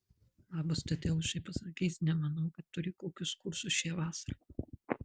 labas tadeušai pasakė jis nemanau kad turi kokius kursus šią vasarą